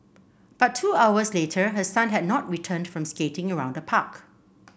but two hours later her son had not returned from skating around the park